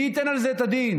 מי ייתן על זה את הדין?